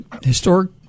historic